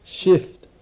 shift